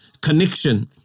Connection